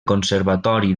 conservatori